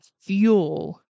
fuel